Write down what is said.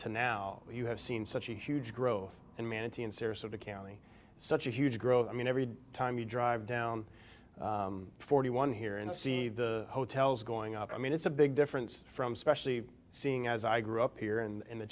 to now you have seen such a huge growth and manatee in sarasota county such a huge growth i mean every time you drive down forty one here and see the hotels going up i mean it's a big difference from specially seeing as i grew up here and